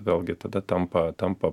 vėlgi tada tampa tampa